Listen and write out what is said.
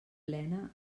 plena